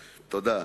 תודה.